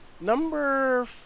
number